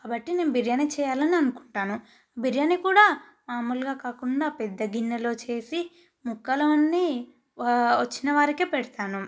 కాబట్టి నేను బిర్యానీ చేయాలి అని అనుకుంటాను బిర్యానీ కూడా మామూలుగా కాకుండా పెద్దగిన్నెలో చేసి ముక్కలు అన్నీ వ వచ్చిన వారికి పెడతాను